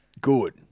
Good